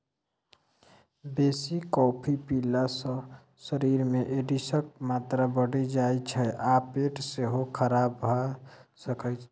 बेसी कॉफी पीला सँ शरीर मे एसिडक मात्रा बढ़ि जाइ छै आ पेट सेहो खराब भ सकैए